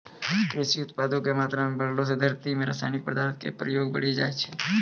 कृषि उत्पादो के मात्रा बढ़ैला से धरती मे रसायनिक पदार्थो के प्रयोग बढ़ि जाय छै